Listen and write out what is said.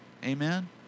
Amen